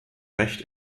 recht